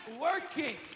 working